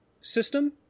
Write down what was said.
system